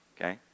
Okay